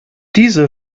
diese